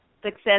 Success